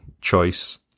choice